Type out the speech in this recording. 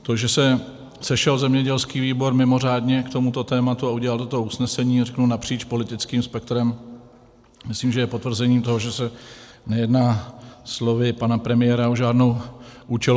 To, že se sešel zemědělský výbor mimořádně k tomuto tématu a udělal toto usnesení napříč politickým spektrem, myslím, že je potvrzením toho, že nejedná slovy pana premiéra o žádnou účelovku.